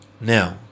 Now